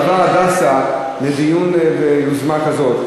שווה "הדסה" דיון ויוזמה כזאת.